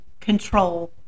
control